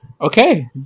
Okay